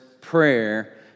Prayer